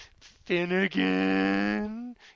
Finnegan